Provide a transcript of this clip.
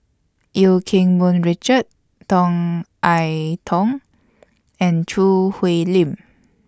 EU Keng Mun Richard Tan I Tong and Choo Hwee Lim